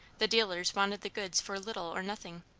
the dealers wanted the goods for little or nothing,